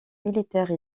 militaire